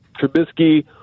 Trubisky